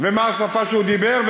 ומה השפה שהוא דיבר,